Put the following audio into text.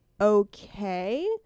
okay